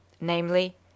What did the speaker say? namely